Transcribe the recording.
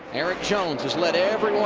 erik jones has led